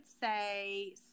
say